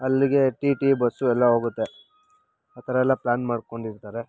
ಅಲ್ಲಿಗೆ T T bus ಎಲ್ಲ ಹೋಗುತ್ತೆ ಆ ಥರ ಎಲ್ಲ ಪ್ಲ್ಯಾನ್ ಮಾಡ್ಕೊಂಡಿರ್ತಾರೆ